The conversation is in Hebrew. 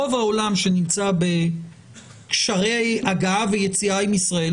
רוב העולם שנמצא בקשרי הגעה ויציאה עם ישראל,